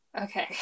Okay